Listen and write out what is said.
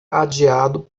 adiado